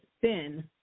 thin